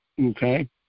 okay